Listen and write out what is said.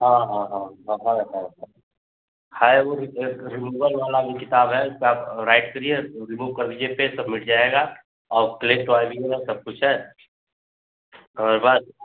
हाँ हाँ हाँ हाँ है है है है वह भी एक रिमूवल वाला भी किताब है जिसपर आप राइट करिए और रिमूव कर दीजिए पेज सब मिट जाएगा और क्ले टॉय भी है सब कुछ है हमरे पास